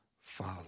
Father